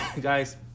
guys